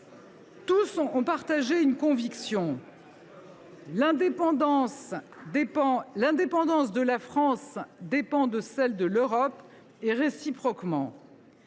Tous ont partagé une conviction : l’indépendance de la France dépend de celle de l’Europe, et réciproquement.